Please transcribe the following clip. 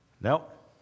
Nope